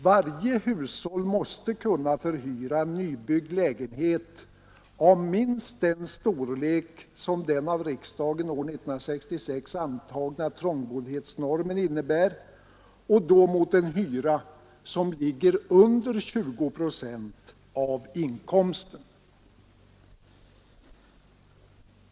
Varje hushåll måste kunna förhyra nybyggd lägenhet av minst den storlek som den av riksdagen år 1966 antagna trångboddhetsnormen innebär och då mot en hyra som ligger under 20 procent av inkomsten.